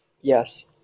Yes